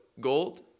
gold